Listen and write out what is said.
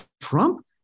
Trump